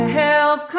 help